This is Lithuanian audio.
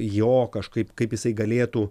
jo kažkaip kaip jisai galėtų